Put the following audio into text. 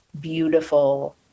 beautiful